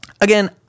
Again